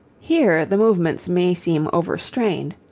here the movements may seem overstrained,